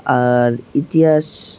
আর ইতিহাস